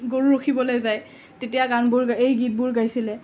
গৰু ৰখিবলৈ যায় তেতিয়া গানবোৰ এই গীতবোৰ গাইছিলে